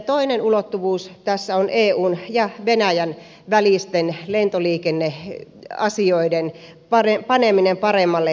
toinen ulottuvuus tässä on eun ja venäjän välisten lentoliikenneasioiden paneminen paremmalle tolalle